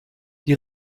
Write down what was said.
die